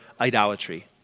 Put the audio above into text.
idolatry